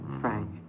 Frank